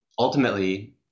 Ultimately